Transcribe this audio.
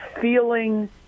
feeling